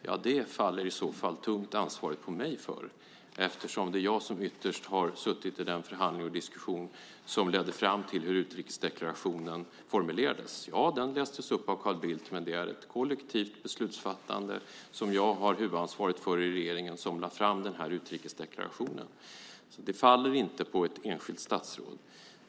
Ja, ansvaret faller i så fall tungt på mig, eftersom det är jag som ytterst har suttit i den förhandling och diskussion som ledde fram till hur utrikesdeklarationen formulerades. Ja, den lästes upp av Carl Bildt, men det är ett kollektivt beslutsfattande, som jag har huvudansvaret för i regeringen, som lade fram den här utrikesdeklarationen. Det faller inte på ett enskilt statsråd.